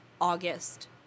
August